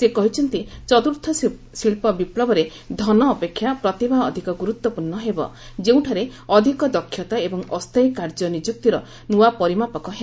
ସେ କହିଛନ୍ତି ଚତୁର୍ଥ ଶିଳ୍ପ ବିପ୍ଳବରେ ଧନ ଅପେକ୍ଷା ପ୍ରତିଭା ଅଧିକ ଗୁରୁତ୍ୱପୂର୍ଣ୍ଣ ହେବ ଯେଉଁଠାରେ ଅଧିକ ଦକ୍ଷତା ଏବଂ ଅସ୍ଥାୟୀ କାର୍ଯ୍ୟ ନିଯୁକ୍ତିର ନୂଆ ପରିମାପକ ହେବ